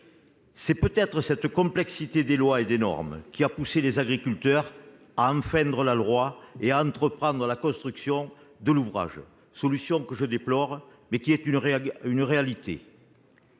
C'est peut-être cette complexité des lois et des normes qui a poussé les agriculteurs à enfreindre la loi et à entreprendre la construction de l'ouvrage, solution que je déplore mais qui est une réalité.